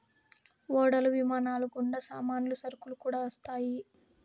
ఓడలు విమానాలు గుండా సామాన్లు సరుకులు కూడా వస్తాయి